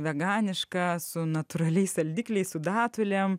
veganišką su natūraliais saldikliais su datulėm